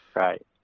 right